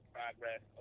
progress